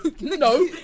No